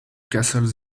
castles